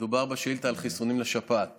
מדובר בשאילתה על חיסונים לשפעת